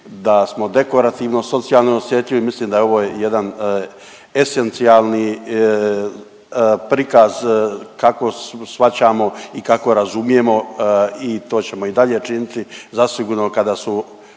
da smo dekorativno socijalno osjetljivi, mislim da je ovo jedan esencijalni prikaz kako shvaćamo i kako razumijemo i to ćemo i dalje činiti zasigurno kada su